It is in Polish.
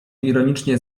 ironicznie